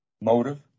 Motive